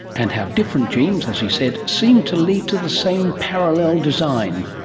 and how different genes, as he said, seemed to lead to the same parallel design.